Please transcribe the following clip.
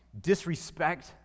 disrespect